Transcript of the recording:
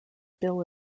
bill